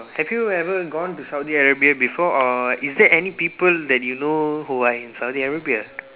have you ever gone to Saudi Arabia before or is there any people that you know who are in Saudi Arabia